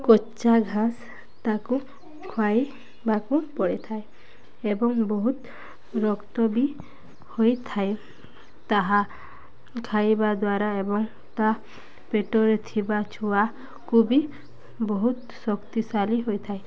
କଞ୍ଚା ଘାସ ତାକୁ ଖୁଆଇବାକୁ ପଡ଼ିଥାଏ ଏବଂ ବହୁତ ରକ୍ତ ବି ହୋଇଥାଏ ତାହା ଖାଇବା ଦ୍ୱାରା ଏବଂ ତା' ପେଟରେ ଥିବା ଛୁଆକୁ ବି ବହୁତ ଶକ୍ତିଶାଳୀ ହୋଇଥାଏ